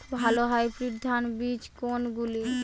ভালো হাইব্রিড ধান বীজ কোনগুলি?